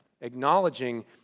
acknowledging